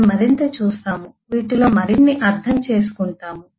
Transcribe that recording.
మనము మరింత చూస్తాము వీటిలో మరిన్ని అర్థం చేసుకుంటాము